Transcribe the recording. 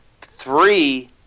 Three